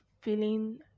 feeling